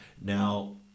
now